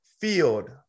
FIELD